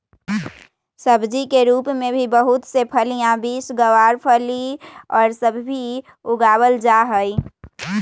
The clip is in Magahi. सब्जी के रूप में भी बहुत से फलियां, बींस, गवारफली और सब भी उगावल जाहई